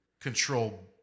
control